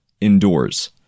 indoors